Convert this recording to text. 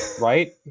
Right